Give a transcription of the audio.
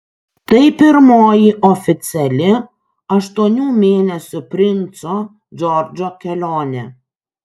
tai pirmoji oficiali aštuonių mėnesių princo džordžo kelionė